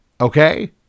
Okay